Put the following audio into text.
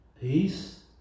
peace